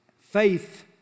faith